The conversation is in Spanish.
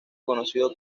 conocido